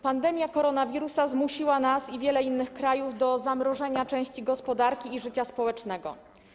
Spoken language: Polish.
Pandemia koronawirusa zmusiła nas i wiele innych krajów do zamrożenia części gospodarki i życia społecznego.